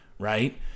right